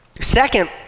Second